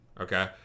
Okay